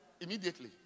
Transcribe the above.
Immediately